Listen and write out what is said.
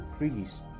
increase